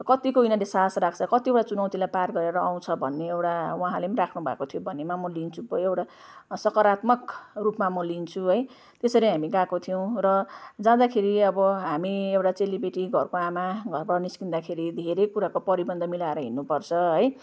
कत्तिको यिनीहरूले साहस राख्छ कतिवटा चुनौतिलाई पार गरेर आउँछ भन्ने एउटा उहाँले पनि राख्नुभएको थियो भनेमा म लिन्छु त्यो एउटा सकारात्मक रूपमा म लिन्छु है यसरी हामी गएको थियौँ र जाँदाखेरि अब हामी एउटा चेलीबेटी घरको आमा घरबाट निस्किँदाखेरि धेरै कुराको परिबन्ध मिलाएर हिँड्नुपर्छ है